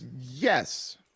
yes